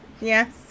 Yes